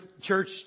church